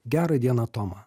gerą dieną toma